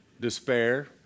despair